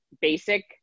basic